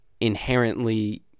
inherently